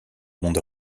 monde